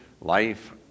life